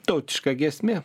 tautiška giesmė